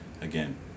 again